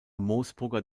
moosbrugger